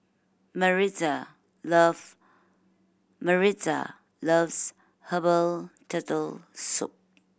Maritza loves Maritza loves herbal Turtle Soup